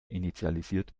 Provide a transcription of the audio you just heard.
initialisiert